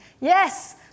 Yes